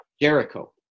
jericho